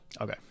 okay